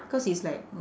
cause it's like